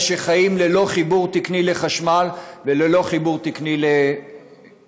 שחיים ללא חיבור תקני לחשמל וללא חיבור תקני למים.